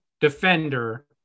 defender